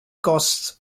costs